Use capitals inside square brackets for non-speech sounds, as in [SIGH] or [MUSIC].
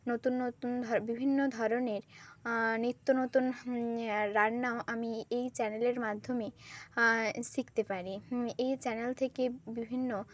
নতুন নতুন [UNINTELLIGIBLE] বিভিন্ন ধরনের নিত্য নতুন রান্নাও আমি এই চ্যানেলের মাধ্যমে শিখতে পারি এই চ্যানেল থেকে বিভিন্ন